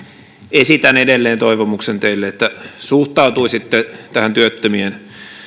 esitän edelleen toivomuksen teille että suhtautuisitte tähän työttömien